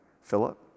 Philip